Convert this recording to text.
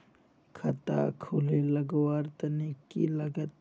खाता खोले लगवार तने की लागत?